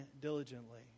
diligently